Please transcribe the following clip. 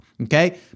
Okay